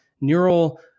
neural